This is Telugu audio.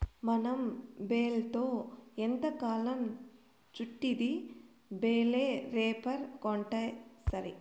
మనం బేల్తో ఎంతకాలం చుట్టిద్ది బేలే రేపర్ కొంటాసరి